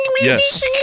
Yes